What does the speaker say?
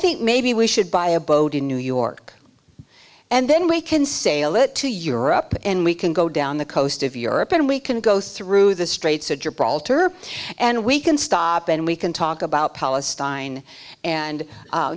think maybe we should buy a boat in new york and then we can sail it to europe and we can go down the coast of europe and we can go through the straits of gibraltar and we can stop and we can talk about palestine and